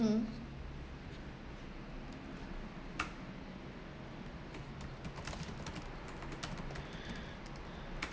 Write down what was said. hmm